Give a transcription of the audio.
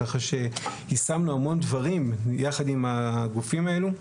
ככה שיישמנו המון דברים יחד עם הגופים האלו.